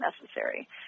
necessary